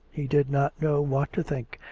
he did not know what to think,